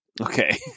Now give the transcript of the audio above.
okay